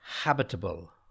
Habitable